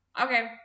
Okay